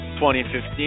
2015